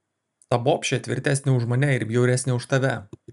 ta bobšė tvirtesnė už mane ir bjauresnė už tave